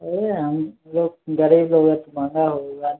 अरे हमलोक गरीबी वजहसँ महँगा होइ हइ